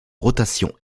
rotation